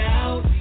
out